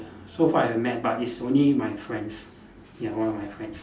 so far I met but is only my friends ya one of my friends